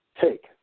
take